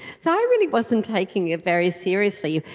so i really wasn't taking it very seriously.